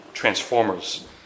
Transformers